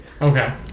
Okay